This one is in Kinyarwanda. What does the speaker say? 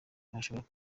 hashobora